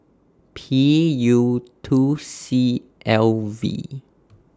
P U two C L V